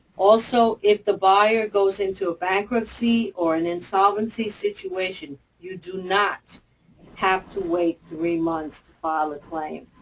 also, if the buyer goes into a bankruptcy or an insolvency situation, you do not have to wait three months to file a claim.